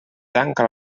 tanca